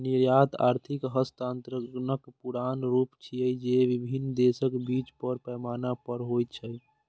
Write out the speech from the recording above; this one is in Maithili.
निर्यात आर्थिक हस्तांतरणक पुरान रूप छियै, जे विभिन्न देशक बीच बड़ पैमाना पर होइ छै